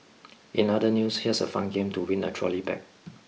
in other news here's a fun game to win a trolley bag